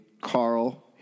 carl